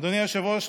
אדוני היושב-ראש,